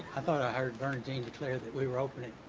i thought i heard vernon team declare that we were opening